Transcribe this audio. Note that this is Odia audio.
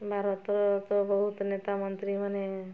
ଭାରତ ତ ବହୁତ ନେତା ମନ୍ତ୍ରୀମାନେ